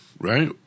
right